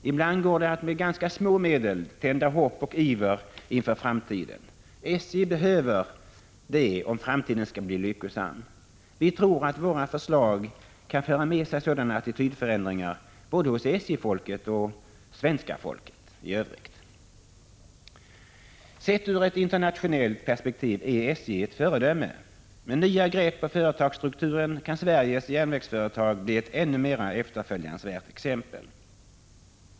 Ibland går det att med ganska små medel tända hopp och skapa iver inför framtiden. SJ behöver det om framtiden skall bli lyckosam. Vi tror att våra förslag kan föra med sig sådana attitydförändringar både hos SJ-folket och hos svenska folket i övrigt. Sett ur ett internationellt perspektiv är SJ ett föredöme. Med nya grepp på företagsstrukturen kan Sveriges järnvägsföretag bli ett än mera efterföljansvärt exempel. Herr talman!